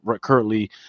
currently